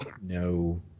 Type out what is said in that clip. no